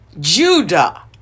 Judah